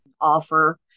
offer